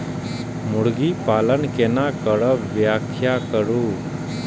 मुर्गी पालन केना करब व्याख्या करु?